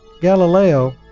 Galileo